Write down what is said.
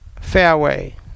fairway